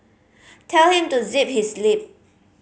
tell him to zip his lip